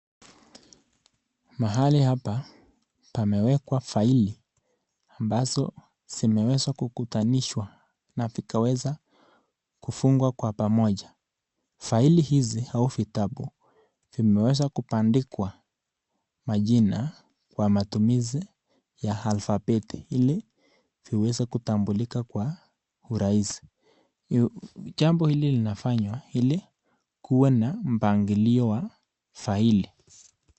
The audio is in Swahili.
Mahali hapa pamewekwa faili ambazo zimeweza kukutanishwa na vikaweza kufungwa kwa pamoja. Faili hizi au vitabu vimeweza kubandikwa majina kwa matumizi ya (cs) alphabet (cs) ili ziweze kutambulika kwa urahisi ,jambo hili linafanywa ili kuwe na mpangilio wa faili.